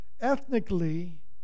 ethnically